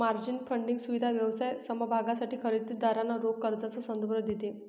margin funding सुविधा व्यवसाय समभागांसाठी खरेदी दारांना रोख कर्जाचा संदर्भ देते